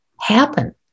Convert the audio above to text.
happen